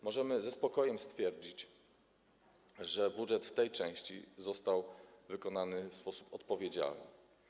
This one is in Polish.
Możemy ze spokojem stwierdzić, że budżet w tej części został wykonany w sposób odpowiedzialny.